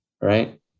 Right